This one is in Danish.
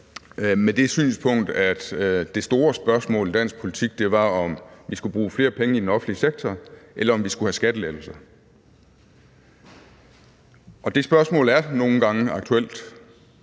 med det synspunkt, at det store spørgsmål i dansk politik var, om vi skulle bruge flere penge i den offentlige sektor, eller om vi skulle have skattelettelser. Det spørgsmål er nogle gange aktuelt,